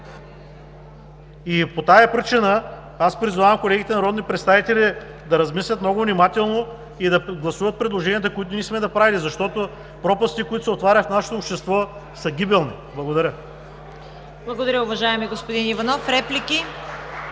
По тази причина аз призовавам колегите народни представители да размислят много внимателно и да гласуват предложенията, които ние сме направили. Защото пропастите, които се отварят в нашето общество, са гибелни. Благодаря. ПРЕДСЕДАТЕЛ ЦВЕТА КАРАЯНЧЕВА: Благодаря, уважаеми господин Иванов.